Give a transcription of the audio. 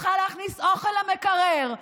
שצריכה להכניס אוכל למקרר,